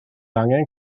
angen